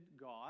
God